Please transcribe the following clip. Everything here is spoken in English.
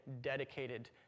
dedicated